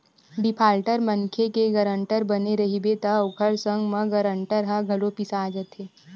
defaulter मनखे के guarantor बने रहिबे त ओखर संग म गारंटर ह घलो पिसा जाथे